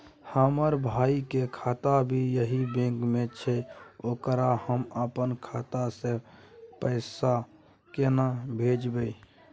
हमर भाई के खाता भी यही बैंक में छै ओकरा हम अपन खाता से पैसा केना भेजबै?